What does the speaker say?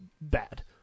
bad